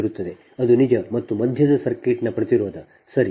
ಅದು ನಿಜ ಮತ್ತು ಮಧ್ಯದ ಸರ್ಕ್ಯೂಟ್ನ ಪ್ರತಿರೋಧ ಸರಿ